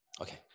Okay